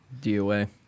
DOA